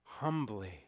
Humbly